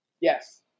Yes